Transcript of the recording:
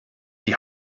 die